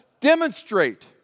demonstrate